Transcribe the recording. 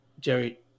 Jerry